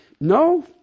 No